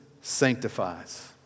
sanctifies